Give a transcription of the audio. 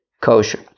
kosher